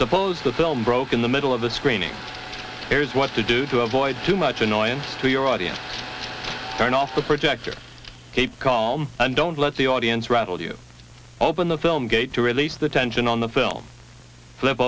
suppose the film broke in the middle of the screening here's what to do to avoid too much annoyance to your audience turn off the projector keep calm and don't let the audience rattle you open the film gate to release the tension on the film flip